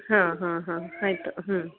ಹಾಂ ಹಾಂ ಹಾಂ ಆಯಿತು ಹ್ಞೂ